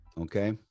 Okay